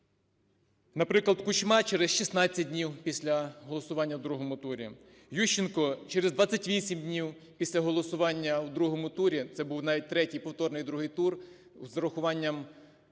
наприклад, Кучма - через 16 днів після голосування в другому турі, Ющенко - через 28 днів після голосування в другому турі (це був навіть третій, повторний другий тур) з урахуванням